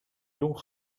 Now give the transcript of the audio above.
jong